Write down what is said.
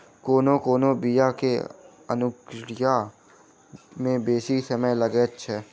कोनो कोनो बीया के अंकुराय मे बेसी समय लगैत छै